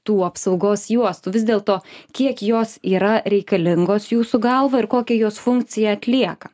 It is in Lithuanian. tų apsaugos juostų vis dėl to kiek jos yra reikalingos jūsų galva ir kokią jos funkciją atlieka